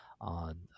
on